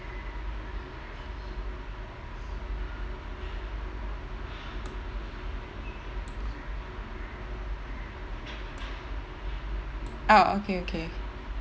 ah okay okay